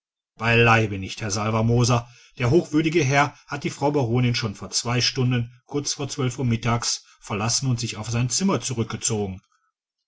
beileib nicht herr salvermoser der hochwürdige herr hat die frau baronin schon vor zwei stunden kurz vor zwölf uhr mittags verlassen und sich auf sein zimmer zurückgezogen